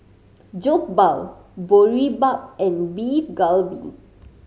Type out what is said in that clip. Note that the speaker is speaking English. Jokbal Boribap and Beef Galbi